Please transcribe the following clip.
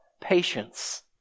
Patience